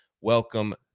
Welcome